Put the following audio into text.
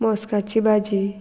मोस्काची भाजी